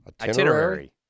Itinerary